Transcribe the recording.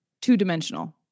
two-dimensional